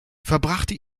verbrachte